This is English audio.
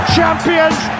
Champions